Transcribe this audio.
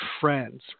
friends